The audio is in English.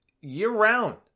year-round